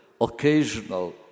occasional